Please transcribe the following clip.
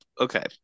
Okay